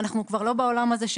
אנחנו כבר לא בעולם הזה.